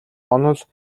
онол